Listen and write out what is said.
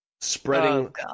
spreading